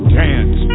dance